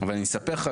אבל אני אספר לך,